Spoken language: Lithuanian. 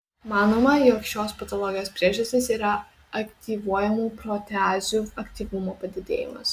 manoma jog šios patologijos priežastis yra aktyvuojamų proteazių aktyvumo padidėjimas